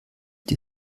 die